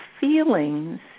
feelings